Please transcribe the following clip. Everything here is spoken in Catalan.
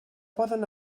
poden